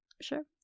Sure